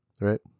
Right